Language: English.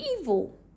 evil